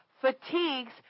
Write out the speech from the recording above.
fatigues